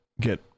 get